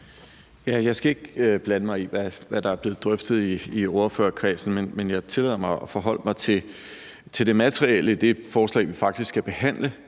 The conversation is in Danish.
Jeg skal ikke blande mig i, hvad der er blevet drøftet i ordførerkredsen. Men jeg tillader mig at forholde mig til det materielle i det forslag, vi faktisk skal behandle,